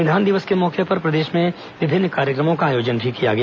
संविधान दिवस के मौके पर प्रदेश में विभिन्न कार्यक्रमों का आयोजन भी किया गया